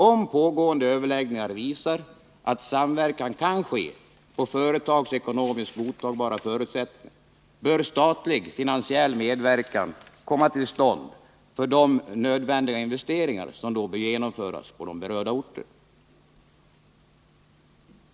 Om pågående överläggningar visar att samverkan kan ske på företagsekonomiskt godtagbara förutsättningar, bör statlig finansiell medverkan komma till stånd för de nödvändiga investeringar som då bör genomföras på berörda orter.